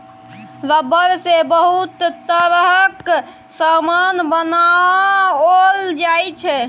rubber सँ बहुत तरहक समान बनाओल जाइ छै